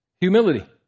humility